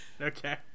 Okay